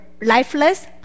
lifeless